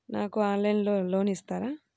నాకు ఆన్లైన్లో లోన్ ఇస్తారా?